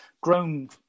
grown